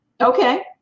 Okay